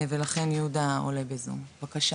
ולכן יהודה עולה בזום, בבקשה,